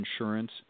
insurance